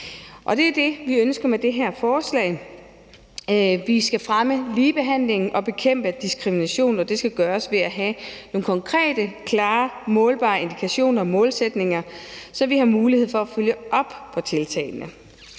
dag. Det er det, vi ønsker med det her forslag. Vi skal fremme ligebehandlingen og bekæmpe diskrimination, og det skal gøres ved at have nogle konkrete, klare og målbare indikationer og målsætninger, så vi har mulighed for at følge op på tiltagene.